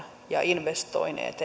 ja investoineet